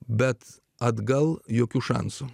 bet atgal jokių šansų